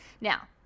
Now